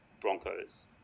Broncos